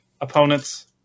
opponents